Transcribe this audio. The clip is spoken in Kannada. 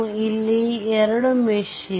ಇಲ್ಲಿ 2 ಮೆಶ್ ಇದೆ